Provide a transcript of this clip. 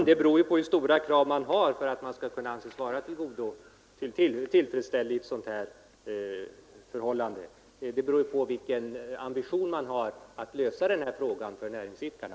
Herr talman! Om man kan anse sig tillfredsställd i denna fråga är ju beroende av vilken ambition man har när det gäller att lösa frågan för näringsidkarna.